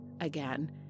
again